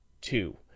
Two